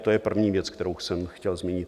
To je první věc, kterou jsem chtěl zmínit.